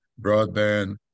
broadband